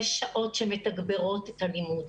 יש שעות שמתגברות את הלימוד.